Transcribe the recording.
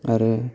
आरो